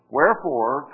Wherefore